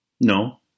No